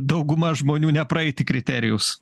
dauguma žmonių nepraeiti kriterijaus